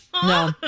No